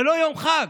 זה לא יום חג,